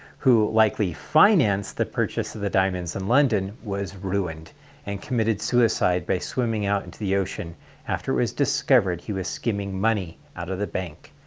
who likely financed the purchase of the diamonds in london, was ruined and committed suicide by swimming out into the ocean after it was discovered he was skimming money out of the bank,